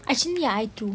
actually I too